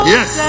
Yes